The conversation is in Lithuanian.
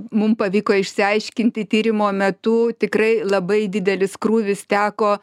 mum pavyko išsiaiškinti tyrimo metu tikrai labai didelis krūvis teko